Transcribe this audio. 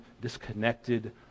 disconnected